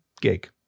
gig